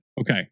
Okay